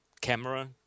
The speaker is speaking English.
camera